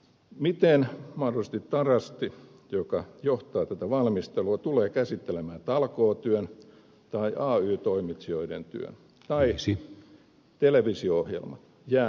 miten mahdollisesti tarasti joka johtaa tätä valmistelua tulee käsittelemään talkootyön tai ay toimitsijoiden työn tai televisio ohjelman jää nähtäväksi